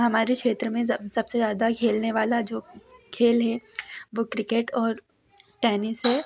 हमारे क्षेत्र में सब सबसे ज़्यादा खेलने वाले जो खेल हैं वे क्रिकेट और टेनिस हैं